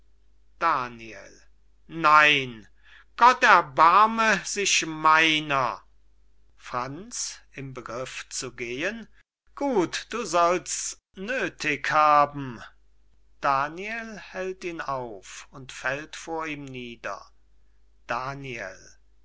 daniel nein gott erbarme sich meiner franz im begriff zu gehen gut du sollsts nöthig haben daniel